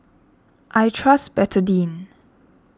I trust Betadine